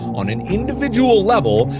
on an individual level,